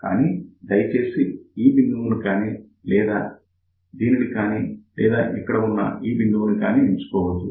కానీ దయచేసి ఈ బిందువుని కానీ లేదా దీనిని కానీ లేదా ఇక్కడ ఉన్న ఈ బిందువు ని కానీ ఎంచుకోవద్దు